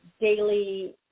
daily